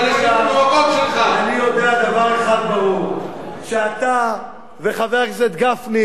אני יודע דבר אחד ברור, שאתה וחבר הכנסת גפני,